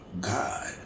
God